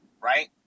right